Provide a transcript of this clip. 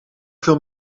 veel